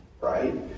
right